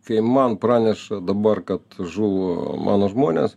kai man praneša dabar kad žuvo mano žmonės